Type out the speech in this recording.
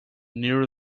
nearer